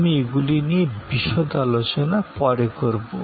আমি এগুলি নিয়ে বিশদে আলোচনা পরে করব